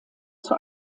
zur